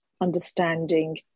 understanding